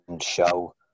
show